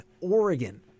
Oregon